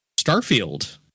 Starfield